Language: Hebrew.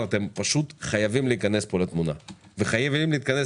הם שכרו דירה לשנה